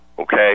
Okay